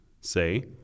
Say